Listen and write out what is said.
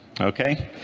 okay